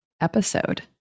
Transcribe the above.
episode